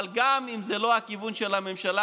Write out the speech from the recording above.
אבל גם אם זה לא הכיוון של הממשלה,